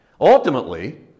Ultimately